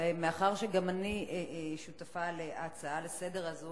מאחר שגם אני שותפה להצעה הזו לסדר-היום,